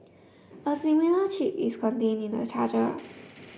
a similar chip is contain in the charger